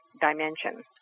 dimension